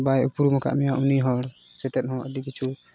ᱵᱟᱭ ᱩᱯᱨᱩᱢ ᱠᱟᱜ ᱢᱮᱭᱟ ᱩᱱᱤ ᱦᱚᱲ ᱥᱟᱛᱷᱮ ᱦᱚᱸ ᱟᱹᱰᱤ ᱠᱤᱪᱷᱩ